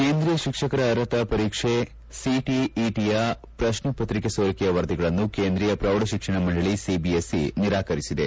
ಕೇಂದ್ರೀಯ ಶಿಕ್ಷಕರ ಅರ್ಹತಾ ಪರೀಕ್ಷೆ ಸಿಟಿಇಟಿಯ ಪ್ರಶ್ನೆಪತ್ರಿಕೆ ಸೋರಿಕೆಯ ವರದಿಗಳನ್ನು ಕೇಂದ್ರೀಯ ಪೌಢ ಶಿಕ್ಷಣ ಮಂಡಳಿ ಸಿಬಿಎಸ್ಇ ನಿರಾಕರಿಸಿದೆ